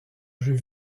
jeux